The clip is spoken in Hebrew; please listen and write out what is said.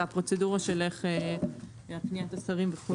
והפרוצדורה של פניית השרים וכו'.